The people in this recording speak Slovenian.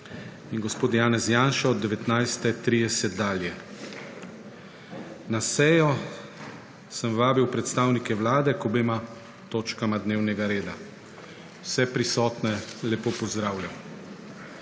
in gospod Janez Janša, odsoten od 19.30 dalje. Na sejo sem vabil predstavnike vlade k obema točkama dnevnega reda. Vse prisotne lepo pozdravljam!